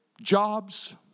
Jobs